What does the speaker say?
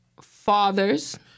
fathers